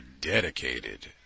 dedicated